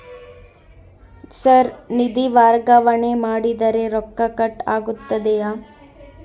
Sir ನಿಧಿ ವರ್ಗಾವಣೆ ಮಾಡಿದರೆ ರೊಕ್ಕ ಕಟ್ ಆಗುತ್ತದೆಯೆ?